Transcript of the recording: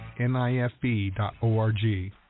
nifb.org